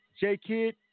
J-Kid